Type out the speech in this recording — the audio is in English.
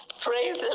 Praise